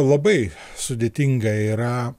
labai sudėtinga yra